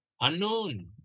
Unknown